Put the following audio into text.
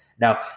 Now